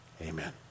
Amen